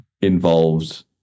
involved